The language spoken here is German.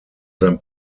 sein